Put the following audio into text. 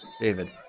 David